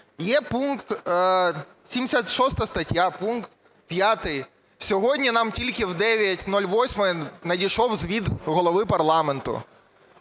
Є пункт, 76 стаття пункт 5, сьогодні нам тільки о 09:08 надійшов звіт Голови парламенту.